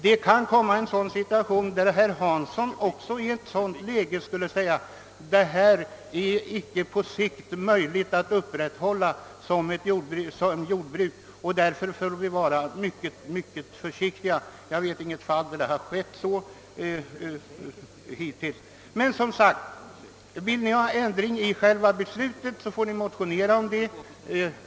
Det kan uppstå situationer då också herr Hansson inser att vissa jordbruk inte kan bibehållas, och man bör nog vara mycket försiktig med sina uttalanden. Jag vet dock inte att det i något fall hittills förekommit en sådan nedläggning. Vill ni ha till stånd en ändring i själva beslutet, så får ni motionera om det.